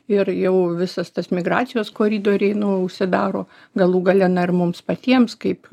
ir jau visas tas migracijos koridoriai nu užsidaro galų gale na ir mums patiems kaip